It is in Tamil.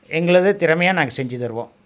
எங்களது திறமையால் நாங்கள் செஞ்சித்தருவோம்